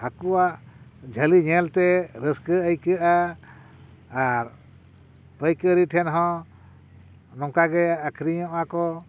ᱦᱟᱹᱠᱩᱣᱟᱜ ᱡᱷᱟᱹᱞᱤ ᱧᱮᱞ ᱛᱮ ᱨᱟᱹᱥᱠᱟᱹ ᱟᱹᱭᱠᱟᱹᱜᱼᱟ ᱟᱨ ᱯᱟᱹᱭᱠᱟᱹᱨᱤ ᱴᱷᱮᱱ ᱦᱚᱸ ᱱᱚᱝᱠᱟᱜᱮ ᱟᱠᱷᱨᱤᱧᱚᱜᱼᱟ ᱠᱚ